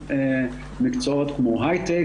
מעבר לנושא של הוראה,